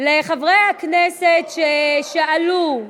לחברי הכנסת ששאלו,